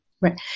Right